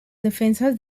defensas